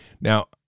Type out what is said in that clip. Now